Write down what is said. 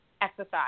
exercise